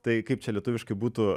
tai kaip čia lietuviškai būtų